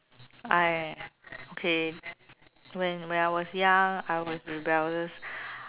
I okay when when I was young I was rebellious